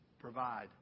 provide